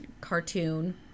cartoon